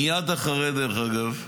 מייד אחרי זה, דרך אגב,